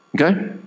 Okay